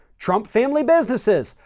trump family businesses,